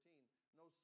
no